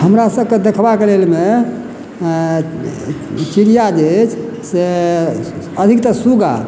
हमरा सबके देखबाक लेल मे चिड़िया जे अछि से अधिकतर सुगा